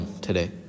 today